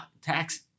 tax